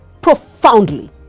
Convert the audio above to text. profoundly